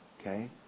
Okay